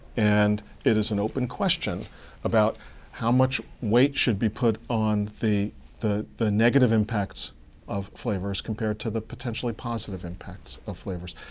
and it is an open question about how much weight should be put on the the negative impacts of flavors compared to the potentially positive impacts of flavors.